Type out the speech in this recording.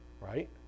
Right